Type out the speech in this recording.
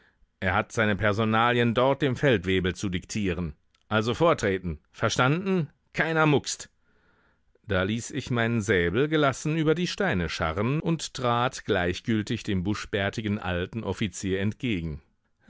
er hat seine personalien dort dem feldwebel zu diktieren also vortreten verstanden keiner mukst da ließ ich meinen säbel gelassen über die steine scharren und trat gleichgültig dem buschbärtigen alten offizier entgegen